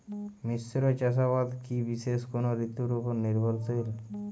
মিশ্র চাষাবাদ কি বিশেষ কোনো ঋতুর ওপর নির্ভরশীল?